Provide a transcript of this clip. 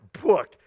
book